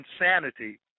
insanity